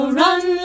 run